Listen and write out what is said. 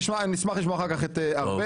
נשמח לשמוע אחר כך את ארבל.